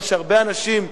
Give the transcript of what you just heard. מה שהרבה אנשים,